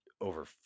over